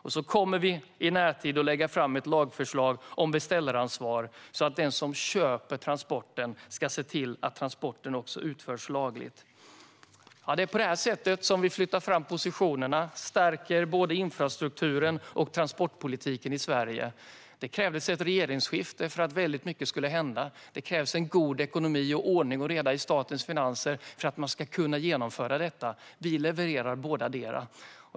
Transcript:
I närtid kommer vi även att lägga fram ett lagförslag om beställaransvar så att den som köper transporten ska se till att transporten också utförs lagligt. På detta sätt flyttar vi fram positionerna och stärker infrastrukturen och transportpolitiken i Sverige. Det krävdes ett regeringsskifte för att väldigt mycket skulle hända. Det krävs en god ekonomi och ordning och reda i statens finanser för att man ska kunna genomföra detta. Vi levererar bådadera.